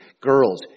girls